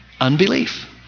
unbelief